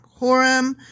Horem